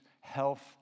health